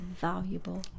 valuable